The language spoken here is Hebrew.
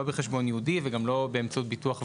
לא בחשבון ייעודי וגם לא באמצעות ביטוח וערבות,